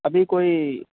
अभी कोई